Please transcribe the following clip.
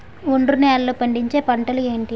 ఒండ్రు నేలలో పండించే పంటలు ఏంటి?